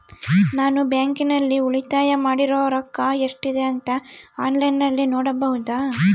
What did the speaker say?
ನಾನು ಬ್ಯಾಂಕಿನಲ್ಲಿ ಉಳಿತಾಯ ಮಾಡಿರೋ ರೊಕ್ಕ ಎಷ್ಟಿದೆ ಅಂತಾ ಆನ್ಲೈನಿನಲ್ಲಿ ನೋಡಬಹುದಾ?